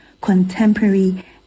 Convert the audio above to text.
contemporary